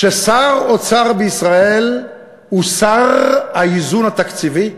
ששר אוצר בישראל הוא שר האיזון התקציבי?